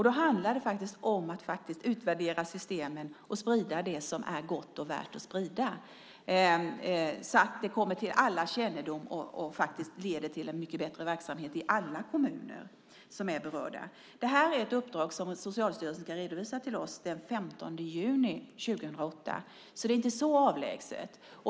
Då handlar det faktiskt om att utvärdera systemen och sprida det som är gott och värt att sprida så att det kommer till allas kännedom och leder till en mycket bättre verksamhet i alla kommuner som är berörda. Detta är ett uppdrag som Socialstyrelsen ska redovisa för oss den 15 juni 2008, så det är inte så avlägset.